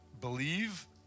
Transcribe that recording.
believe